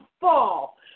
fall